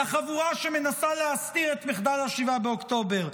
לחבורה שמנסה להסתיר את מחדל 7 באוקטובר.